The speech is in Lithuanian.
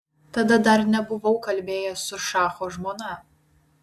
tada dar nebuvau kalbėjęs su šacho žmona